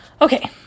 Okay